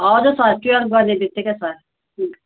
हजुर sir twelve गर्ने बित्तिकै सर